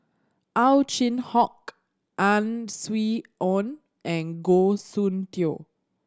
Ow Chin Hock Ang Swee Aun and Goh Soon Tioe